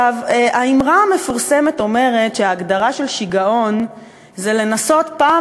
האמרה המפורסמת אומרת שההגדרה של שיגעון זה לנסות פעם